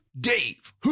Dave